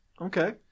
Okay